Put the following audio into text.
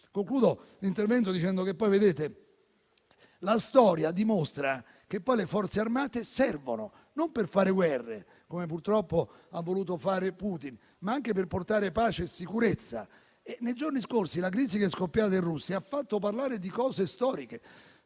il mio intervento, ci tengo a dire che la storia dimostra che le Forze armate servono non per fare guerre, come purtroppo ha voluto fare Putin, ma anche per portare pace e sicurezza. Nei giorni scorsi la crisi che è scoppiata in Russia ha fatto parlare di cose storiche.